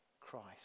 Christ